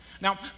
Now